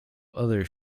other